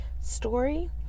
story